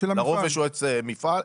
לרוב יש יועץ מפעל,